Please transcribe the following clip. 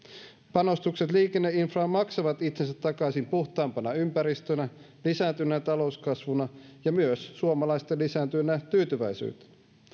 panostukset liikenneinfraan maksavat itsensä takaisin puhtaampana ympäristönä lisääntyneenä talouskasvuna ja myös suomalaisten lisääntyvänä tyytyväisyytenä